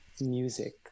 music